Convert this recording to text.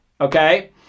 Okay